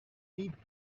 deep